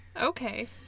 okay